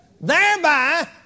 thereby